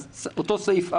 אותה פסקה